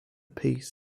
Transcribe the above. peace